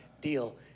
deal